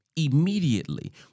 immediately